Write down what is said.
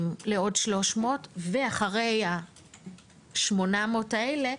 ואחרי ה-800 האלה,